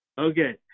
Okay